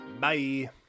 Bye